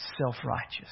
self-righteous